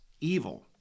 evil